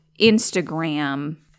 instagram